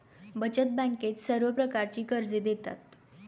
बचत बँकेत सर्व प्रकारची कर्जे देतात